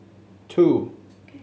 two